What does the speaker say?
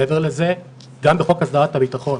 מעבר לזה, גם בחוק הסדרת הבטחון